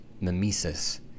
mimesis